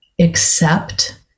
accept